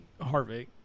Harvick